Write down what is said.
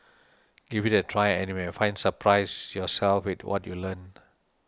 give it a try and you might find surprise yourself with what you learn